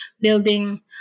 building